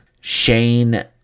Shane